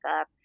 up